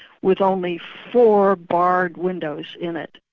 with only four barred windows in it.